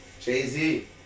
Jay-Z